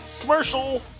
Commercial